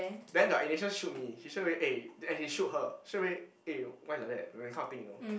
then the Inisha shoot me she straight away eh and he shoot her straight away eh why like that you know that kind of thing you know